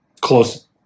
close